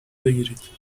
بگیرید